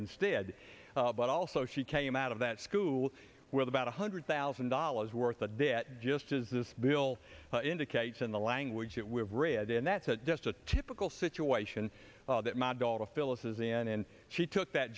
instead but also she came out of that school with about one hundred thousand dollars worth of debt just as this bill indicates in the language that we've read and that's just a typical situation that my daughter phyllis's in and she took that